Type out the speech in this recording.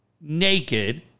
naked